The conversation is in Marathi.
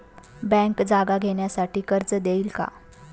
बँक जागा घेण्यासाठी कर्ज देईल का?